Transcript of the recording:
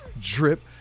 drip